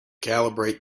calibrate